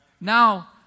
Now